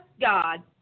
God